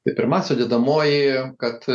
tai pirma sudedamoji kad